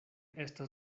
estas